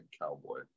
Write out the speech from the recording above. cowboy